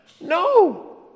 No